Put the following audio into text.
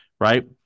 Right